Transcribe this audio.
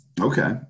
Okay